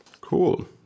Cool